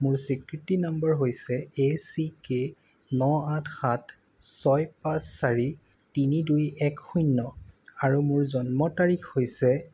মোৰ স্বীকৃতি নম্বৰ এ চি কে ন আঠ সাত ছয় পাঁচ চাৰি তিনি দুই এক শূন্য আৰু মোৰ জন্ম তাৰিখ হৈছে